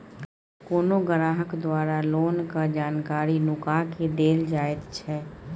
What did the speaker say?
कोनो ग्राहक द्वारा लोनक जानकारी नुका केँ देल जाएत छै